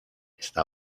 está